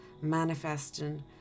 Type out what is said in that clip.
manifesting